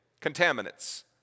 contaminants